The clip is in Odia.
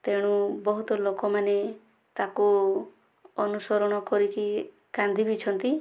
ତେଣୁ ବହୁତ ଲୋକମାନେ ତାକୁ ଅନୁସରଣ କରିକି କାନ୍ଦି ବି ଛନ୍ତି